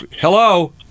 Hello